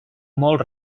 molt